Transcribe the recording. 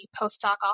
postdoc